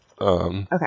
Okay